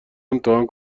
امتحان